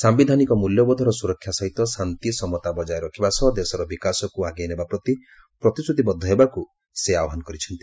ସାମ୍ବିଧାନିକ ମୂଲ୍ୟବୋଧର ସୁରକ୍ଷା ସହିତ ଶାନ୍ତି ସମତା ବଜାୟ ରଖିବା ସହ ଦେଶର ବିକାଶକୁ ଆଗେଇ ନେବା ପ୍ରତି ପ୍ରତିଶ୍ରତିବଦ୍ଧ ହେବାକୁ ସେ ଆହ୍ୱାନ କରିଚ୍ଛନ୍ତି